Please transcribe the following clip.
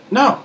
no